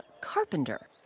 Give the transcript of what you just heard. carpenter